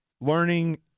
learning